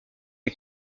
est